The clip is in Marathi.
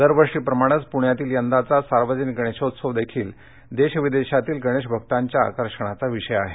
दरवर्षीप्रमाणेच पुण्यातील यंदाचा सार्वजनिक गणेशोत्सव देखील देश विदेशातील गणेश भकांच्या आकर्षणाचा विषय आहे